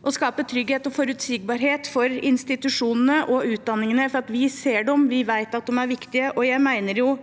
å skape trygghet og forutsigbarhet for institusjonene og utdanningene, for vi ser dem, og vi vet at de er viktige.